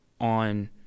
on